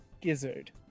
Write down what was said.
Gizzard